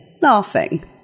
laughing